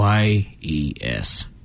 YES